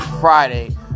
Friday